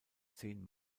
zehn